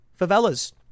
favelas